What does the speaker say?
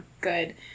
good